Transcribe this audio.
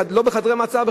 לא בחדרי מעצר,